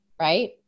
Right